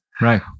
Right